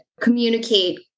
communicate